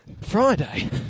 Friday